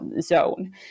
zone